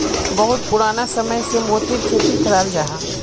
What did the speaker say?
बहुत पुराना समय से मोतिर खेती कराल जाहा